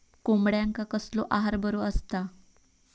कोंबड्यांका कसलो आहार बरो असता?